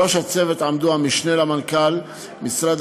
בראש הצוות עמדו המשנה למנכ"ל משרד